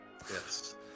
Yes